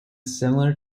similar